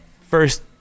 first